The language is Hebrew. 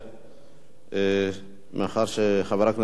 מאחר שחבר הכנסת משה גפני איננו,